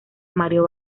mario